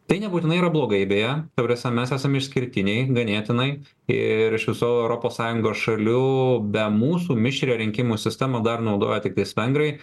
tai nebūtinai yra blogai beje ta prasme mes esam išskirtiniai ganėtinai ir iš visų europos sąjungos šalių be mūsų mišrią rinkimų sistemą dar naudoja tiktais vengrai